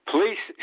Police